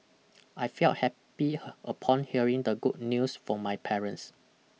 I felt happy upon hearing the good news from my parents